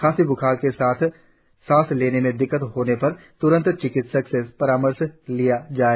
खांसी ब्खार के साथ सांस लेने में दिक्कत होने पर त्रंत चिकित्सक से परामर्श लिया जाए